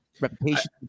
reputation